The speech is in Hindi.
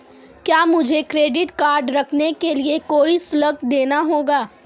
क्या मुझे क्रेडिट कार्ड रखने के लिए कोई शुल्क देना होगा?